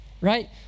right